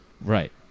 right